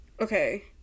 Okay